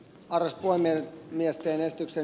ars kolme miestä äänestyksen